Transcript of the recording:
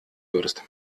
würdest